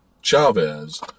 Chavez